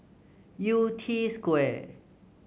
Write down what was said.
Yew Tee Square